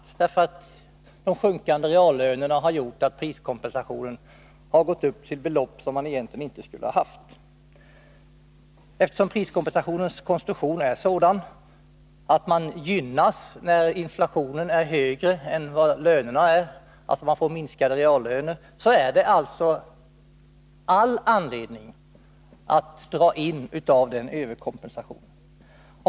De sjunkande reallönerna har medfört att priskompensationen har gått upp till belopp som försvaret egentligen inte skulle ha haft. Eftersom priskompensationens konstruktion är sådan att man gynnas när inflationen är högre än löneökningarna finns det all anledning att dra in av överkompensationen.